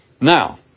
now